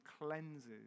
cleanses